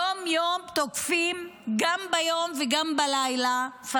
יום-יום תוקפים פלסטינים, גם ביום וגם בלילה.